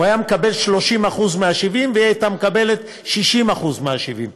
הוא היה מקבל 30% מה-70% והיא הייתה מקבלת 60% מה-70%